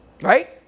right